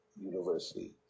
University